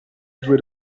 due